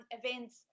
events